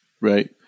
Right